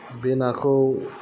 बे नाखौ